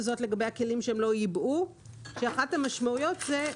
לגבי הכלים שהם לא ייבאו כשאחת המשמעויות זה גריעה,